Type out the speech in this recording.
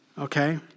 okay